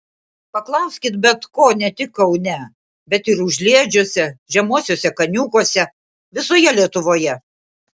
paklauskit bet ko ne tik kaune bet ir užliedžiuose žemuosiuose kaniūkuose visoje lietuvoje